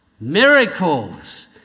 Miracles